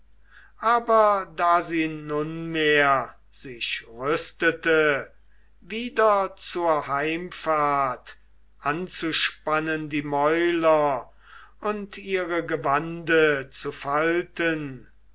aber da sie nunmehr sich rüstete wieder zur heimfahrt anzuspannen die mäuler und ihre gewande zu falten